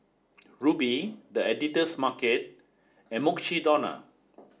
Rubi The Editor's Market and Mukshidonna